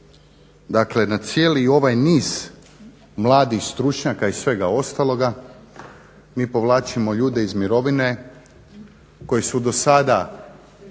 Dakle na cijeli ovaj niz mladih stručnjaka i svega ostaloga mi povlačimo ljude iz mirovine koji su do sada